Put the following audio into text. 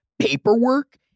paperwork